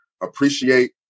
appreciate